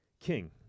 king